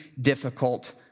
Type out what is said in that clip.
difficult